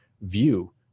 view